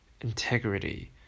integrity